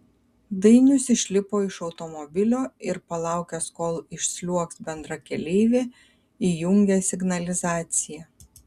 dainius išlipo iš automobilio ir palaukęs kol išsliuogs bendrakeleivė įjungė signalizaciją